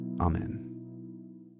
Amen